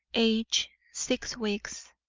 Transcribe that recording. aged six weeks.